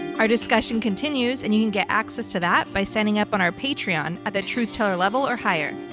our discussion continues and you can get access to that by setting up on our patreon at the truth teller level or higher.